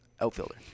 Outfielder